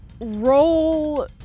Roll